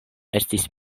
estis